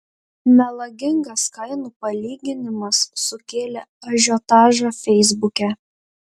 melagingas kainų palyginimas sukėlė ažiotažą feisbuke